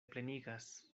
plenigas